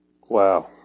Wow